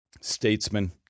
Statesman